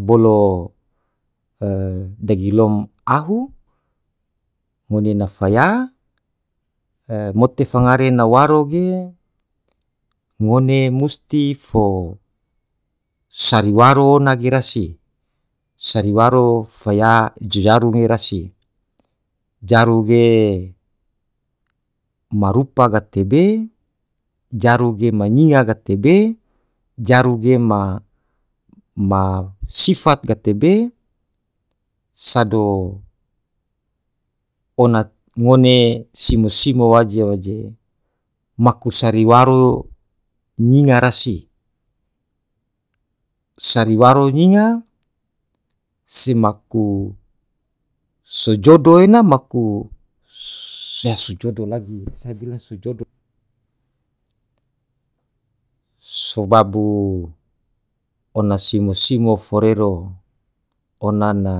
bolo dagilom ahu, ngone na faya, e mote fangare na waro ge ngone musti fo sari waro ona ge rasi, sari waro faya jojaru ge rasi, jaru ge marupa gatebe, jaru ge ma nyinga gatebe, jaru ge ma sifat gatebe, sado ona ngone simo-simo waje-waje maku sari waro nyinga rasi, sari waro nyinga, se maku so jodo ena maku sobabu oan simo-simo forero ona na.